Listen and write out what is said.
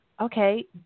okay